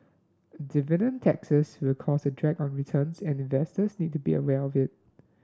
dividend taxes will cause a drag on returns and investors need to be aware of it